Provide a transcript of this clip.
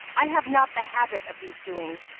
i have not the habit of these doings,